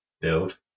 build